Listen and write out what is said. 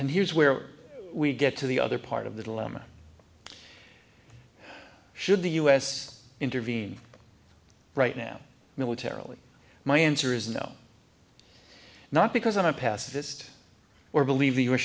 and here's where we get to the other part of the dilemma should the u s intervene right now militarily my answer is no not because i'm a pacifist or believe the u